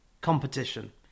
competition